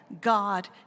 God